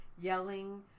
yelling